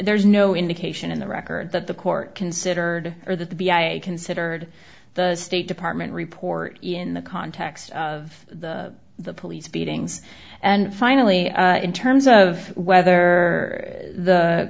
there's no indication in the record that the court considered or that the be i considered the state department report in the context of the police beatings and finally in terms of whether the